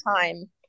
time